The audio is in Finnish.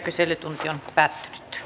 kyselytunti päättyi